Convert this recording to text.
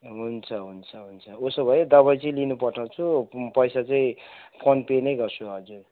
हुन्छ हुन्छ हुन्छ उसो भए दवाई चाहिँ लिनु पठाउँछु पैसा चाहिँ फोन पे नै गर्छु हजुर